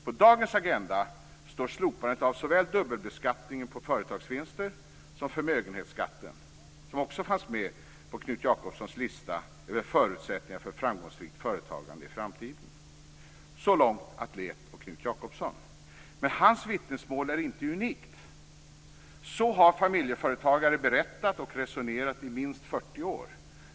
På dagens agenda står slopandet av såväl dubbelbeskattningen på företagsvinster som förmögenhetsskatten som också fanns med på Knut Jakobssons lista över förutsättningar för ett framgångsrikt företagande i framtiden. Så långt Atlet och Knut Jakobsson. Men hans vittnesmål är inte unikt. Så har familjeföretagare berättat och resonerat i minst 40 år.